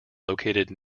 located